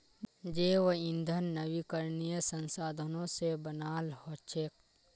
जैव ईंधन नवीकरणीय संसाधनों से बनाल हचेक